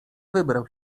wybrał